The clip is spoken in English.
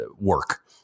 work